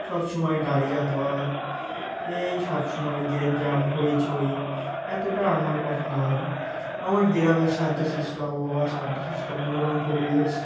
সবসময় গাড়ি যাতায়াত এই সবসময় গ্যাঞ্জাম হইচই এতটা আমার পছন্দ হয় না আমার গ্রামে শান্তশিষ্ট আবহাওয়া শান্তশিষ্ট মনোরম পরিবেশ